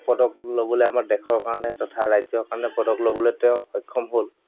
পদক ল'বলৈ আমাৰ দেশৰ কাৰণে তথা ৰাজ্যৰ কাৰণে পদক ল'বলৈ তেওঁ সক্ষম হ'ল